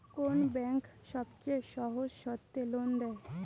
কোন ব্যাংক সবচেয়ে সহজ শর্তে লোন দেয়?